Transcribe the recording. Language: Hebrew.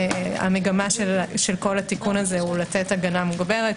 המגמה של כל התיקון הזה הוא לתת הגנה מוגברת.